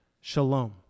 shalom